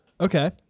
Okay